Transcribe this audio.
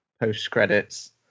post-credits